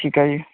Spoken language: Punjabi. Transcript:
ਠੀਕ ਆ ਜੀ